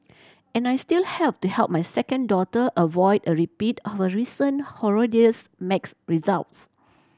and I still have to help my second daughter avoid a repeat of her recent horrendous maths results